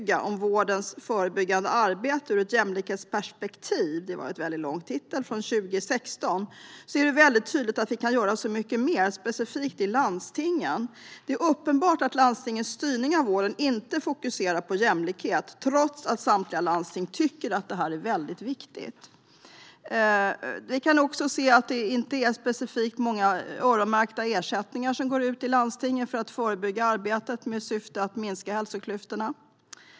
Jämlikhet i hälso och sjukvårdens förebyggande arbete mot ohälsosamma levnadsvanor , en väldigt lång titel, från 2016 är det väldigt tydligt att vi kan göra så mycket mer specifikt i landstingen. Det är uppenbart att landstingens styrning av vården inte fokuserar på jämlikhet trots att samtliga landsting tycker att det är väldigt viktigt. Vi kan också se att det inte är många specifikt öronmärkta ersättningar som går ut till landstingen för det förebyggande arbetet med syftet att minska hälsoklyftorna.